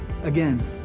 Again